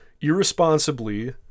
irresponsibly